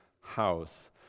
house